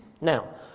Now